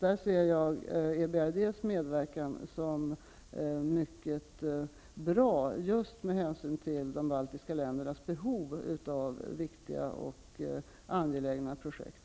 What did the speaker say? Jag ser EBRD:s medverkan som något mycket bra just med hänsyn till de baltiska ländernas behov av viktiga och angelägna projekt.